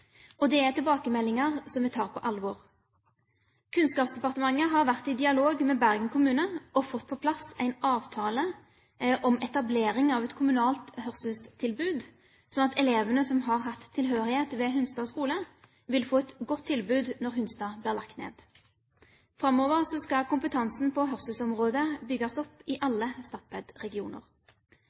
Det er tilbakemeldinger som vi tar på alvor. Kunnskapsdepartementet har vært i dialog med Bergen kommune og fått på plass en avtale om etablering av et kommunalt hørselstilbud, slik at elevene som har hatt tilhørighet ved Hunstad skole, vil få et godt tilbud når Hunstad blir lagt ned. Framover skal kompetansen på hørselsområdet bygges opp i alle